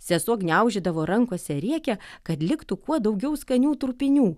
sesuo gniaužydavo rankose riekę kad liktų kuo daugiau skanių trupinių